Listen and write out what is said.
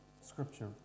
scripture